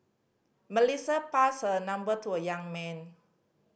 Melissa passed her number to a young man